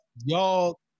y'all